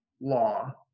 law